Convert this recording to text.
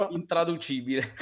intraducibile